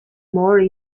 more